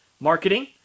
marketing